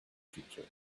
future